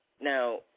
Now